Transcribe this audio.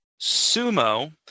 sumo